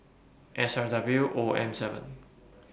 S R W O M seven